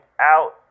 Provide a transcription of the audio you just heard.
Out